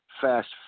fast